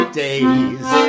days